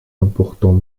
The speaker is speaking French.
importants